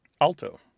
Alto